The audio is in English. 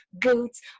boots